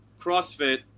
CrossFit